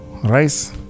Rice